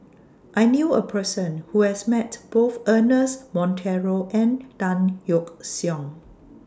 I knew A Person Who has Met Both Ernest Monteiro and Tan Yeok Seong